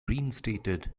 reinstated